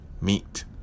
meet